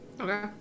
Okay